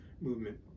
movement